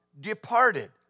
departed